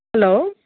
hello